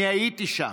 אני הייתי שם.